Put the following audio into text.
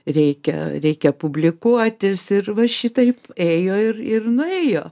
reikia reikia publikuotis ir va šitaip ėjo ir ir nuėjo